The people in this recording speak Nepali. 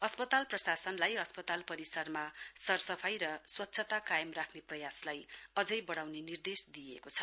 अस्पताल प्रशासनलाई अस्पताल परिसरमा सरसफाई र स्वच्छता कायम राखे प्रयासलाई अझै बडाउने निर्देश दिइएको छ